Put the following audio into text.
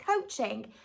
coaching